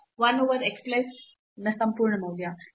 1 over x plus ನ ಸಂಪೂರ್ಣ ಮೌಲ್ಯ